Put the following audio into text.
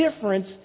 difference